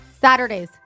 Saturdays